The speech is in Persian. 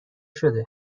شده